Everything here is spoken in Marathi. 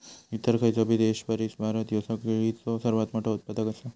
इतर खयचोबी देशापरिस भारत ह्यो केळीचो सर्वात मोठा उत्पादक आसा